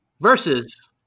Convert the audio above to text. Versus